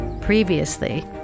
Previously